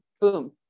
boom